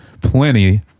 plenty